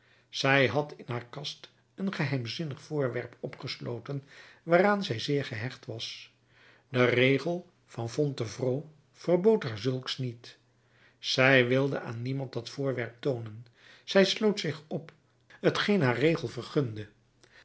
zij had in haar kast een geheimzinnig voorwerp opgesloten waaraan zij zeer gehecht was de regel van fontevrault verbood haar zulks niet zij wilde aan niemand dat voorwerp toonen zij sloot zich op t geen haar regel haar vergunde